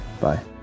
Bye